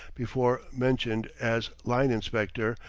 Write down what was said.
before mentioned as line-inspector,